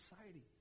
society